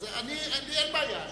לי אין בעיה,